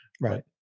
Right